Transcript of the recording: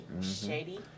Shady